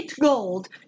gold